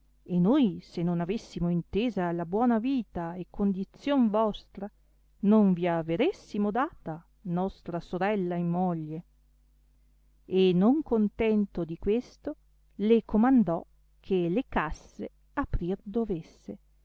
e noi se non avessimo intesa la buona vita e condizion vostra non vi averessimo data nostra sorella in moglie e non contento di questo le comandò che le casse aprir dovesse